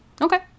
okay